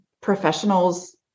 professionals